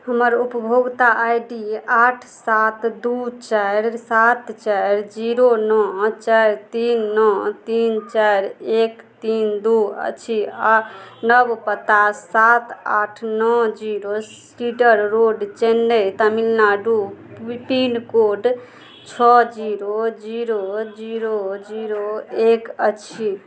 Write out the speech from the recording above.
हमर उपभोक्ता I D आठ सात दुइ चारि सात चारि जीरो नओ चारि तीन नओ तीन चारि एक तीन दुइ अछि आओर नव पता सात आठ नओ zero Peter road Chennai Tamil Nadu pin code छओ जीरो जीरो जीरो जीरो एक अछि